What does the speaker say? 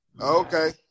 Okay